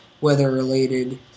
weather-related